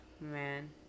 man